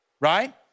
right